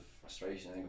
frustration